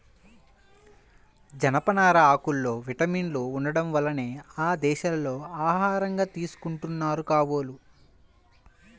జనపనార ఆకుల్లో విటమిన్లు ఉండటం వల్లనే ఆ దేశాల్లో ఆహారంగా తీసుకుంటున్నారు కాబోలు